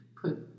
put